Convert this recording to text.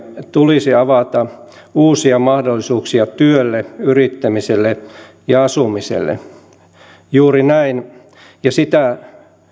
tulisi avata uusia mahdollisuuksia työlle yrittämiselle ja asumiselle juuri näin ja sitä